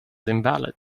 invalid